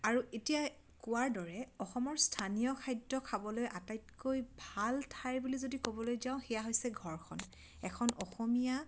আৰু এতিয়া কোৱাৰ দৰে অসমৰ স্থানীয় খাদ্য খাবলৈ আটাইতকৈ ভাল ঠাই বুলি যদি ক'বলৈ যাওঁ সেয়া হৈছে ঘৰখন এখন অসমীয়া